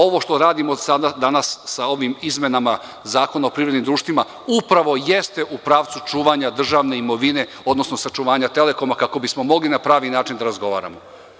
Ovo što radimo danas sa ovim izmenama Zakona o privrednim društvima, upravo jeste u pravcu čuvanja državne imovine, odnosno očuvanja „Telekoma“, kako bismo mogli na pravi način da razgovaramo.